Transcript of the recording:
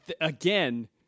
again